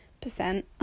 percent